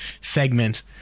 segment